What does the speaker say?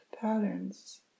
patterns